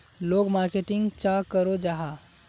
लोग मार्केटिंग चाँ करो जाहा?